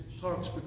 talks